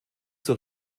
zur